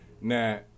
Now